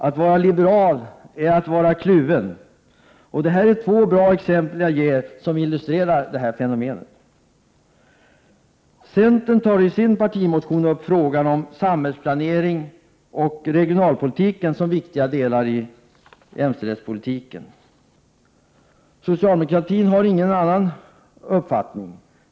”Att vara liberal är att vara kluven.” De två exempel jag här gav illustrerar väl detta fenomen. Centern tar i sin partimotion bl.a. upp frågan om samhällsplaneringen och regionalpolitiken som viktiga delar i en jämställdhetspolitik. Socialdemokratin har på den punkten ingen annan uppfattning.